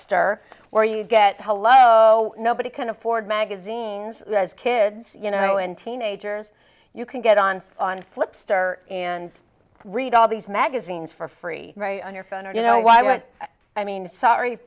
start where you get hello nobody can afford magazines as kids you know and teenagers you can get on on flip star and read all these magazines for free on your phone or you know why would i mean sorry